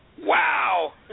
wow